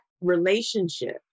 relationship